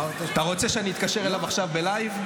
אתה רוצה שאני אתקשר אליו עכשיו בלייב?